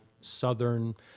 Southern